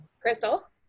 Crystal